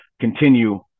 continue